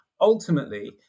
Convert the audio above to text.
ultimately